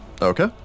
Okay